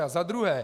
A za druhé.